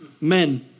Men